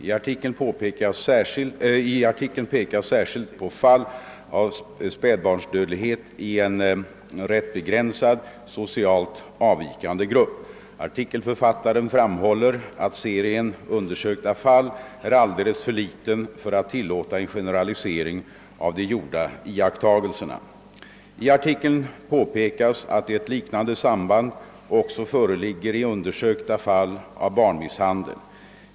I artikeln pekas särskilt på fall av spädbarnsdödlighet i en rätt begränsad, socialt avvikande grupp. Artikelförfattaren framhåller att serien undersökta fall är alldeles för liten för att tillåta en generalisering av de gjorda iakttagelserna. I artikeln påpekas att ett liknande samband också föreligger i undersökta fall av barnmisshandel.